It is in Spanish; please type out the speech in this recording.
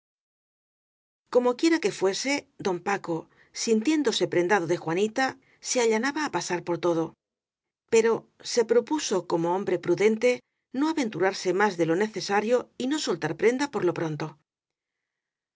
como quiera que fuese don paco sintiéndose prendado de juanita se allanaba á pasar por todo pero se propuso como hombre prudente no aven turarse más de lo necesario y no soltar prenda por lo pronto